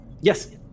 Yes